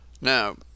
now